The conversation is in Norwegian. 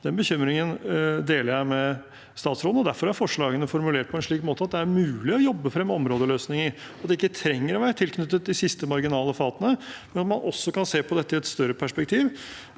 Den bekymringen deler jeg med statsråden. Derfor er forslagene formulert på en slik måte at det er mulig å jobbe fram områdeløsninger, at de trenger ikke å være tilknyttet de siste marginale feltene, man også kan se på dette i et større perspektiv